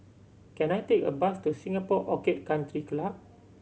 can I take a bus to Singapore Orchid Country Club